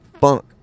funk